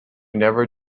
never